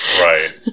Right